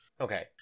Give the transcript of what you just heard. Okay